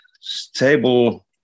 stable